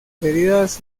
heridas